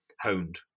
honed